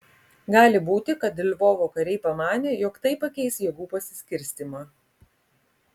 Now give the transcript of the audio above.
gali būti kad lvovo kariai pamanė jog tai pakeis jėgų pasiskirstymą